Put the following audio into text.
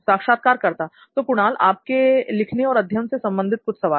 साक्षात्कारकर्ता तो कुणाल आपके लिखने और अध्ययन से संबंधित कुछ सवाल